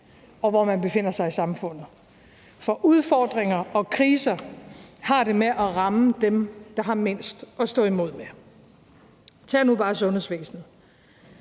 og hvor man befinder sig i samfundet. Udfordringer og kriser har det med at ramme dem, der har mindst at stå imod med. Tag nu bare sundhedsvæsenet.